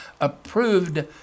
approved